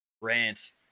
rant